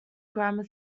grammar